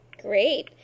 great